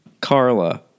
Carla